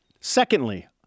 Secondly